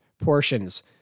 portions